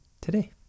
today